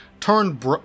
turned